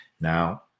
now